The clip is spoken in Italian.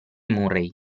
murray